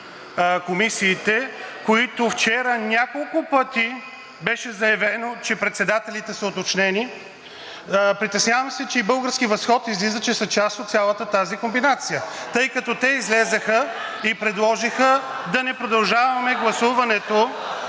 комисиите, които вчера няколко пъти беше заявено, че председателите са уточнени. Притеснявам се, че и „Български възход“ излиза, че са част от цялата тази комбинация, тъй като те излязоха и предложиха да не продължаваме гласуването.